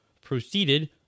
proceeded